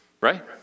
right